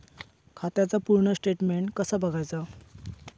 खात्याचा पूर्ण स्टेटमेट कसा बगायचा?